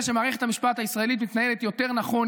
שמערכת המשפט הישראלית מתנהלת יותר נכון,